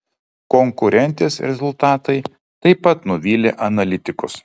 konkurentės rezultatai taip pat nuvylė analitikus